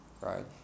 right